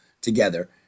together